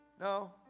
No